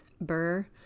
burr